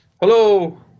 Hello